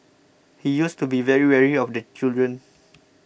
he used to be very wary of the children